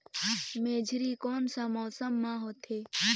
मेझरी कोन सा मौसम मां होथे?